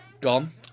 gone